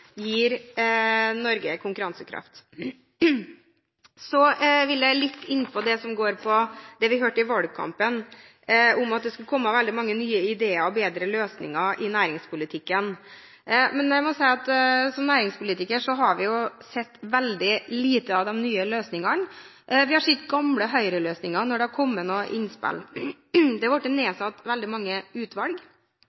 gir Norge konkurransekraft. Så vil jeg litt inn på det som går på det vi hørte i valgkampen om at det skulle komme veldig mange nye ideer og bedre løsninger i næringspolitikken. Jeg må si at som næringspolitiker har jeg sett veldig lite av de nye løsningene. Vi har sett gamle Høyre-løsninger når det har kommet noen innspill. Det har blitt